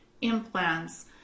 implants